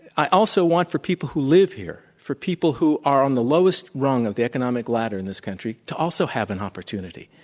i also want for people who live here, for people who are on the lowest rung of the economic ladder in this country to also have an opportunity,